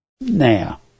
now